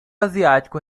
asiático